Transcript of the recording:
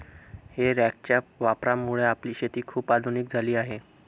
हे रॅकच्या वापरामुळे आपली शेती खूप आधुनिक झाली आहे